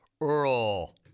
earl